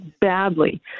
badly